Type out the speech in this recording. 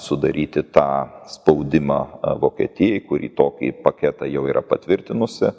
sudaryti tą spaudimą vokietijai kuri tokį paketą jau yra patvirtinusi